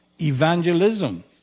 evangelism